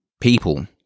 people